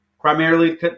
primarily